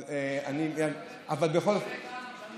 אבל בכל זאת, אתה מדבר דברי טעם תמיד.